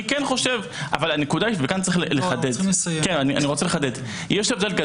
ואני רוצה לחדד: יש הבדל,